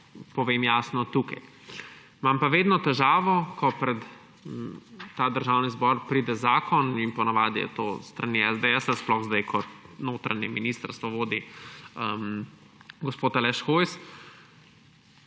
povem jasno tukaj. Imam pa vedno težavo, ko pred ta državni zbor pride zakon, po navadi je to s strani SDS, sploh sedaj ko notranje ministrstvo vodi gospod Aleš Hojs,